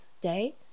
day